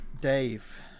Dave